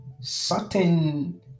certain